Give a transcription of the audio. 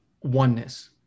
oneness